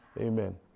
Amen